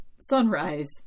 sunrise